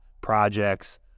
projects